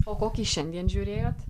o kokį šiandien žiūrėjot